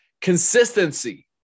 consistency